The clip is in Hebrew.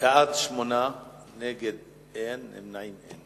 לוועדת הפנים והגנת הסביבה נתקבלה.